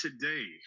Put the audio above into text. today